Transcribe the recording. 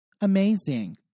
amazing